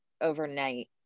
overnight